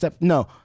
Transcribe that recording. No